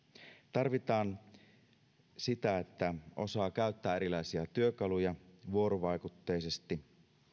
tarvitaan sitä että osaa käyttää erilaisia työkaluja vuorovaikutteisesti